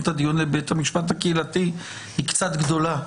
את הדיון לבית המשפט הקהילתי היא קצת גדולה.